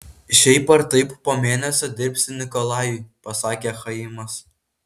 šiaip ar taip po mėnesio dirbsi nikolajui pasakė chaimas